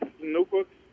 notebooks